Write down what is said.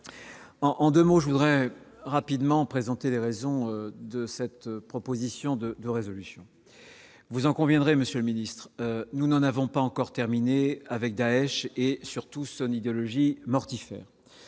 en en 2 mots, je voudrais rapidement présenter les raisons de cette proposition de de résolutions, vous en conviendrez, monsieur le Ministre, nous n'en avons pas encore terminé avec Daech et surtout son idéologie mortifère,